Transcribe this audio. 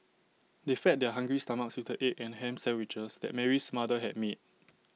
they fed their hungry stomachs with the egg and Ham Sandwiches that Mary's mother had made